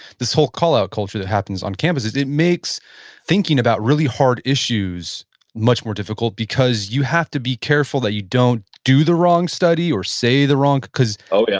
this whole call-out culture that happens on campuses, it makes thinking about really hard issues much more difficult, because you have to be careful that you don't do the wrong study or say the wrong, oh, yeah